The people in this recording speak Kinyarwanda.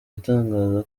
itangaza